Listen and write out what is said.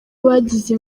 bagize